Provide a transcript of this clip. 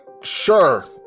sure